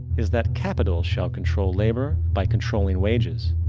is that capital shall control labor by controlling wages.